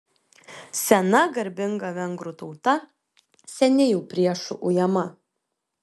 sena garbinga vengrų tauta seniai jau priešų ujama